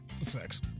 Sex